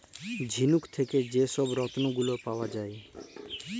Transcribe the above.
ঝিলুক থ্যাকে যে ছব রত্ল গুলা পাউয়া যায়